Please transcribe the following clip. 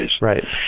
Right